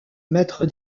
maître